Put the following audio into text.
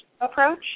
approach